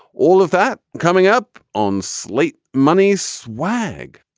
all of that coming up on slate money swag.